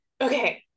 Okay